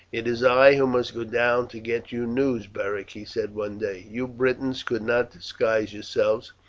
it is i who must go down to get you news, beric, he said one day. you britons could not disguise yourselves,